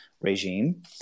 regime